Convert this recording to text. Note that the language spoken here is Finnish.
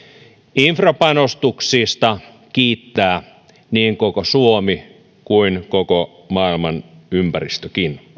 infrapanostuksista kiittää niin koko suomi kuin koko maailman ympäristökin